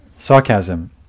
Sarcasm